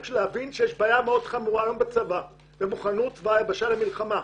בשביל להבין שיש בעיה מאוד חמורה במוכנות צבא היבשה למלחמה.